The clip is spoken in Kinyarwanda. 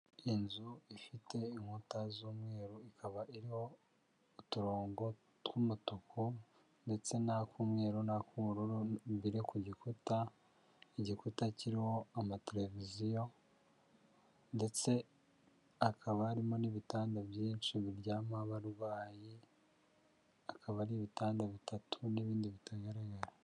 Inzu ifite inkuta z'umweru ikaba iriho uturongo tw'umutuku ndetse n'ak'umweru n'ak'ubururu, imbere ku gikuta igikuta kiriho amateleviziyo ndetse hakaba harimo n'ibitanda byinshi biryamaho abarwayi. Akaba ari ibitanda bitatu n'ibindi bitagaragara.